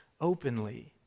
openly